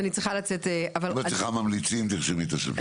אם את צריכה ממליצים תרשמי את השם שלי.